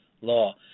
law